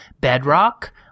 Bedrock